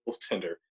tender